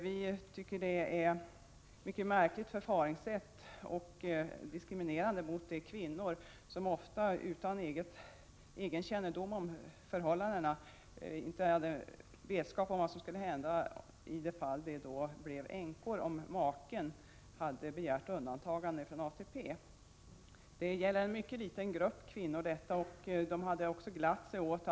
Vi tycker att det är ett mycket märkligt förfaringssätt och att det är diskriminerande mot de kvinnor som ofta utan egen kännedom om förhållandena inte har haft någon vetskap om vad som skulle hända om de blev änkor i de fall maken hade begärt undantagande från ATP. Detta gäller en mycket liten grupp kvinnor. Dessa kvinnor gladde sig åt att de skulle få ett värde, — Prot.